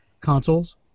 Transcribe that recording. consoles